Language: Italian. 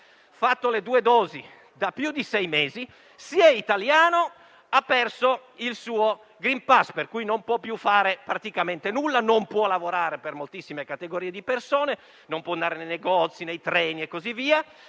fatto le due dosi da più di sei mesi, se è italiano ha perso il suo *green pass*, per cui non può più fare praticamente nulla, non può lavorare per moltissime categorie di persone, non può andare nei negozi, nei treni e così via;